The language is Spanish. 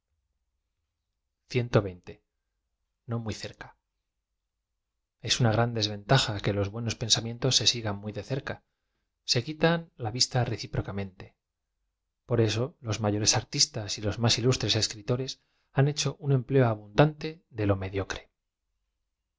o muy cerca es una gran desventaja que los buenos pensamien tos ae sigan muy de cercft ae quitan la vista recípro camente p o r eso los mayores artistas y los más ilus tres escritores han hecho un empleo abundante de lo